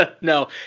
No